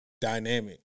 dynamic